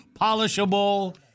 polishable